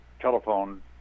telephone